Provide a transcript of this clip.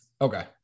Okay